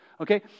okay